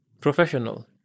professional